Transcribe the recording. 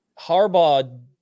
Harbaugh